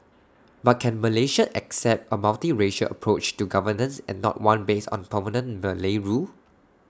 but can Malaysia accept A multiracial approach to governance and not one based on permanent Malay rule